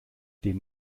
den